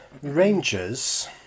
Rangers